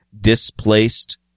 displaced